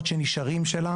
ושנשארות שלה.